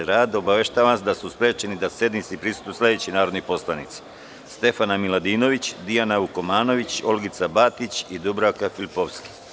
Obaveštavam vas da su sprečeni da sednici prisustvuju sledeći narodni poslanici: Stefana Miladinović, Dijana Vukomanović, Olgica Batić i Dubravka Filipovski.